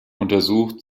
untersucht